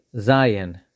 Zion